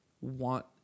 want